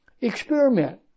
experiment